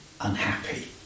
unhappy